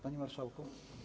Panie Marszałku!